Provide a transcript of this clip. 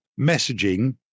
messaging